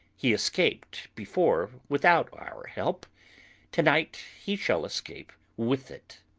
he escaped before without our help to-night he shall escape with it.